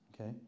okay